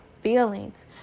feelings